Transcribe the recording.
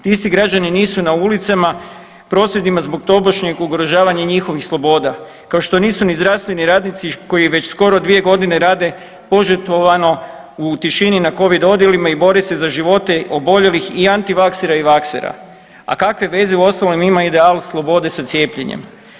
Ti isti građani nisu na ulicama i prosvjedima zbog tobožnjeg ugrožavanja njihovih sloboda, kao što nisu ni zdravstveni radnici koji već skoro 2.g. rade požrtvovano u tišini na covid odjelima i bore se za živote oboljelih i antivaksera i vaksera, a kakve veze uostalom ima ideal slobode sa cijepljenjem?